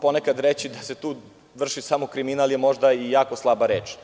ponekad reći da se tu vrši samo kriminal je možda i jako slaba reč.